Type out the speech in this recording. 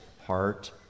heart